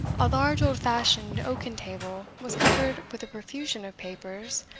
a large old-fashioned oaken table was covered with a profusion of papers,